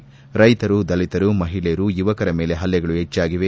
ಕ್ಲೆತರು ದಲಿತರು ಮಹಿಳೆಯರು ಯುವಕರ ಮೇಲೆ ಹಲ್ಲೆಗಳು ಹೆಚ್ಚಾಗಿವೆ